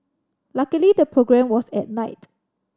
luckily the programme was at night